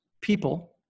people